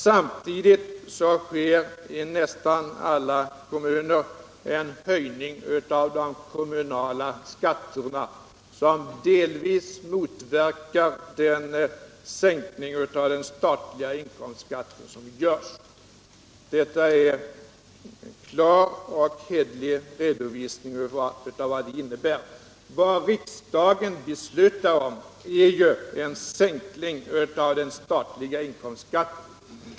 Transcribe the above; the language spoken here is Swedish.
Samtidigt sker i nästan alla kommuner en höjning av de kommunala skatterna, som delvis motverkar den sänkning av den statliga inkomstskatten som görs. Detta är en klar och hederlig redovisning av vad propositionens förslag innebär. Vad riksdagen beslutar om är ju en sänkning av den statliga inkomstskatten.